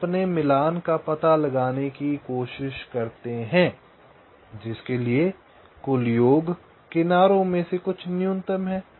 हम अपने मिलान का पता लगाने की कोशिश करते हैं जिसके लिए कुल योग किनारों में से कुछ न्यूनतम है